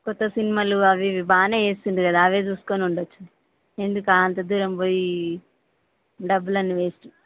కొత్త సినిమాలు అవి ఇవి బాగా వేస్తుండు కదా అవే చూసుకొని ఉండచ్చు ఎందుకు అంత దూరం పోయి డబ్బులు అన్నీ వేస్ట్